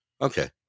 okay